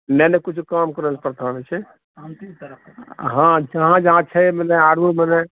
नहि नहि किछु कम करऽ लऽ पड़तऽ हँ जहाँ जहाँ छै आरो मने